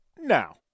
now